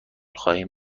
خواهیم